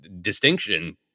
distinction